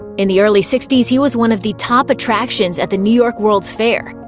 in the early sixty s, he was one of the top attractions at the new york world's fair.